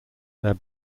their